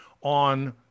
on